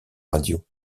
radio